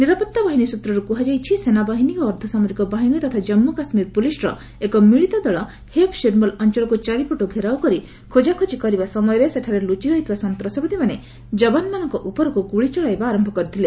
ନିରାପତ୍ତା ବାହିନୀ ସୂତ୍ରରୁ କୁହାଯାଇଛି ସେନାବାହିନୀ ଓ ଅର୍ଦ୍ଧସାମରିକ ବାହିନୀ ତଥା ଜନ୍ମୁ କାଶ୍ମୀର ପୁଲିସ୍ର ଏକ ମିଳିତ ଦଳ ହେଫ୍ ଶିର୍ମଲ୍ ଅଞ୍ଚଳକୁ ଚାରିପଟୁ ଘେରାଓ କରି ଖୋକାଖୋଳି କରିବା ସମୟରେ ସେଠାରେ ଲୁଚିରହିଥିବା ସନ୍ତାସବାଦୀମାନେ ଯବାନମାନଙ୍କ ଉପରକୁ ଗୁଳି ଚଳାଇବା ଆରମ୍ଭ କରିଥିଲେ